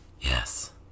yes